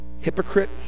hypocrite